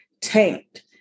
tanked